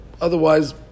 otherwise